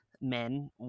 men